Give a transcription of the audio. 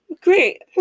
Great